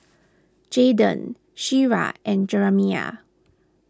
Jaiden Shira and Jeramiah